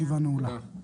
הישיבה נעולה.